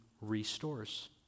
restores